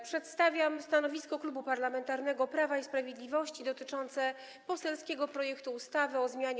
Przedstawiam stanowisko Klubu Parlamentarnego Prawo i Sprawiedliwość dotyczące poselskiego projektu ustawy o zmianie